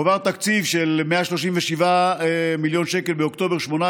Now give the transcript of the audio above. הועבר תקציב של 137 מיליון שקל באוקטובר 2018